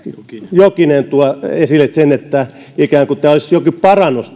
jokinen toi esille sen että ikään kuin tämä hallituksen esitys olisi joku parannus